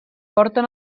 porten